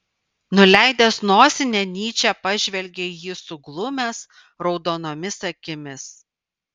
nuleidęs nosinę nyčė pažvelgė į jį suglumęs raudonomis akimis